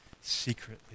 secretly